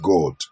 God